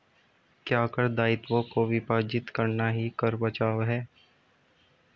क्या कर दायित्वों को विभाजित करना ही कर बचाव है?